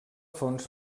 fons